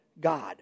God